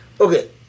okay